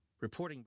Reporting